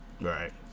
Right